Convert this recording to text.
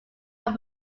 are